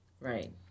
Right